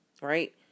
right